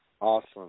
Awesome